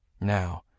Now